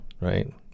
right